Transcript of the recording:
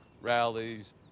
rallies